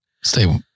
Stay